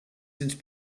since